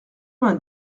vingt